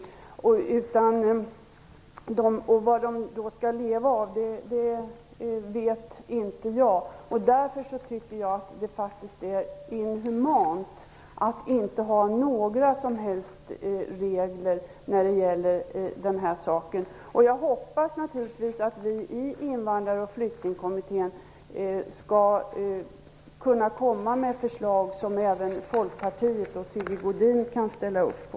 Jag vet inte vad de skall leva av. Jag tycker därför att det är inhumant att inte ha några som helst regler. Jag hoppas naturligtvis att vi i Invandrar och flyktingkommittén skall kunna komma med förslag som även Folkpartiet och Sigge Godin kan ställa upp på.